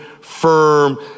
firm